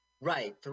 right